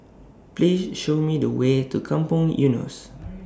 Please Show Me The Way to Kampong Eunos